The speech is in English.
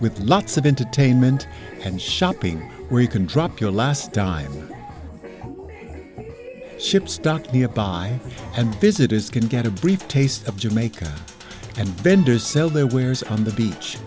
with lots of entertainment and shopping we can drop your last dime ship stock nearby and visitors can get a brief taste of jamaica and vendors sell their wares on the beach